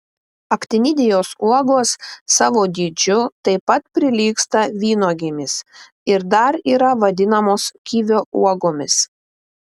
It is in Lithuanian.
aktinidijos uogos savo dydžiu taip pat prilygsta vynuogėmis ir dar yra vadinamos kivio uogomis